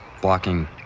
blocking